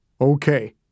Okay